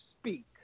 speak